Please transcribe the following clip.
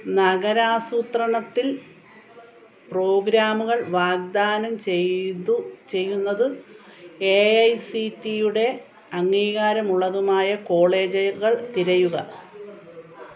നഗര ആസൂത്രണത്തിൽ പ്രോഗ്രാമുകൾ വാഗ്ദാനം ചെയ്തു ചെയ്യുന്നതും എ ഐ സി ടിയുടെ അംഗീകാരമുള്ളതുമായ കോളേജുകൾ തിരയുക